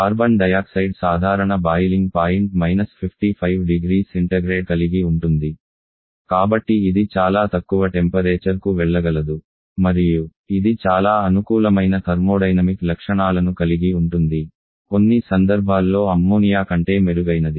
carbon dioxide సాధారణ boiling point −55 0C కలిగి ఉంటుంది కాబట్టి ఇది చాలా తక్కువ టెంపరేచర్ కు వెళ్లగలదు మరియు ఇది చాలా అనుకూలమైన థర్మోడైనమిక్ లక్షణాలను కలిగి ఉంటుంది కొన్ని సందర్భాల్లో అమ్మోనియా కంటే మెరుగైనది